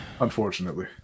unfortunately